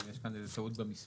אז יש כאן איזה טעות במספור.